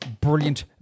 brilliant